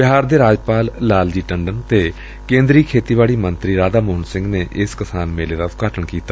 ਬਿਹਾਰ ਦੇ ਰਾਜਪਾਲ ਲਾਲ ਜੀ ਟੰਡਨ ਅਤੇ ਕੇਂਦਰੀ ਖੇਤੀ ਮੰਤਰੀ ਰਾਧਾ ਮੋਹਨ ਸਿੰਘ ਨੇ ਇਸ ਕਿਸਾਨ ਮੇਲੇ ਦਾ ਉਦਘਾਟਨ ਕੀਤਾ